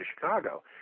Chicago